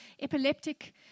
epileptic